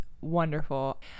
wonderful